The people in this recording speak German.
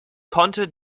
konnte